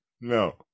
no